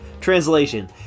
Translation